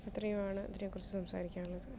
ഇത്രയും ആണ് ഇതിനെക്കുറിച്ച് സംസാരിക്കാനുള്ളത്